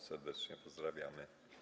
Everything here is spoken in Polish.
Serdecznie pozdrawiamy.